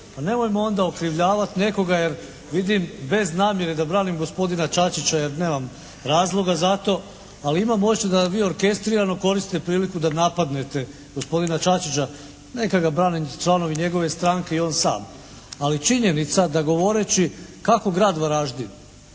nemojmo onda okrivljavati nekoga jer vidim bez namjere da branim gospodina Čačića jer nemam razloga za to. Ali imam osjećaj da vi orkestrirano koristite priliku da napadnete gospodina Čačića. Neka ga brane članovi njegove stranke i on sam. Ali činjenica da govoreći kako grad Varaždin